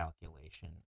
calculation